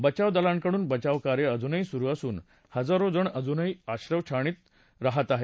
बचाव दलांकडून बचावकार्य अजुनही सुरू असून हजारो जण अजूनही आश्रय छावणीत राहत आहेत